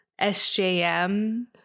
SJM